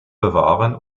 bewahren